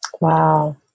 wow